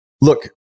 look